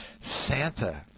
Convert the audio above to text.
Santa